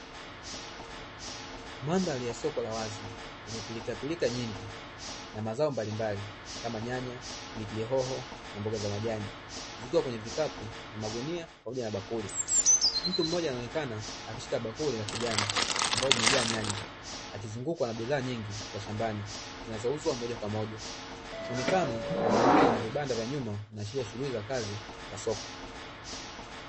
Mandhari ya soko la wazi lenye pilikapilika nyingi na mazao mbalimbali kama: nyanya, pilipili hoho, na mboga za majani zikiwa kwenye vikapu na magunia pamoja na bakuli. Mtu mmoja anaonekana akishika bakuli la kijani ambalo limejaa nyanya, akizungukwa na bidhaa nyingi za shambani zinazouzwa moja kwa moja. Muonekano wa mwavuli na vibanda vya nyuma vinaashiria shuguli za kazi ya soko.